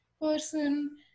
person